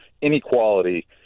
inequality